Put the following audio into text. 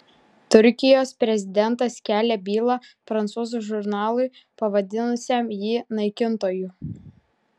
turkijos prezidentas kelia bylą prancūzų žurnalui pavadinusiam jį naikintoju